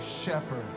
shepherd